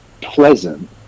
pleasant